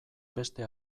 beste